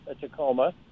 Tacoma